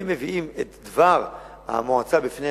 והם מביאים את דבר המועצה בפני